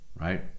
right